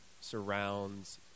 surrounds